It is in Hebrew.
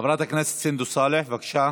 חברת הכנסת סונדוס סאלח, בבקשה.